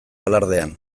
alardean